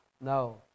No